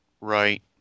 Right